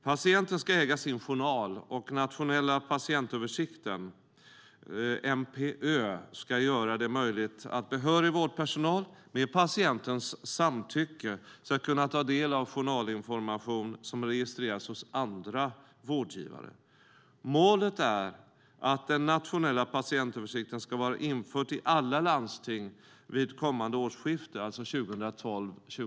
Patienten ska äga sin journal, och en nationell patientöversikt, NPÖ, ska göra det möjligt att behörig vårdpersonal med patientens samtycke ska kunna ta del av journalinformation som har registrerats hos andra vårdgivare. Målet är att den nationella patientöversikten ska vara införd i alla landsting vid kommande årsskifte, 2012/13.